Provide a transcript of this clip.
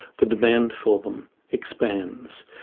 the demand for them expands.